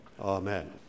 Amen